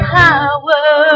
power